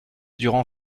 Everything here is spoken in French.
durand